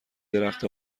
درخت